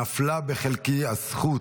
נפלה בחלקי הזכות